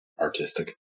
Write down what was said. Artistic